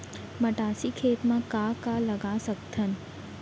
मटासी खेत म का का लगा सकथन?